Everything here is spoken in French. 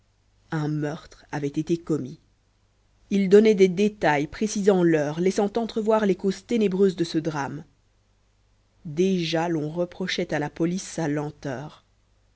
avait été commis il donnait des détails précisant l'heure laissant entrevoir les causes ténébreuses de ce drame déjà l'on reprochait à la police sa lenteur